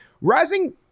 Rising